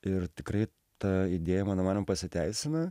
ir tikrai ta idėja mano manymu pasiteisina